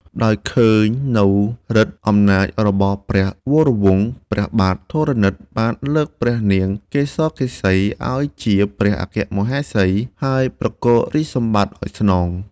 ដោយឃើញនូវឫទ្ធិអំណាចរបស់ព្រះវរវង្ស ព្រះបាទធរណិតបានលើកព្រះនាងកេសកេសីឱ្យជាព្រះអគ្គមហេសី ហើយប្រគល់រាជសម្បត្តិឱ្យស្នង។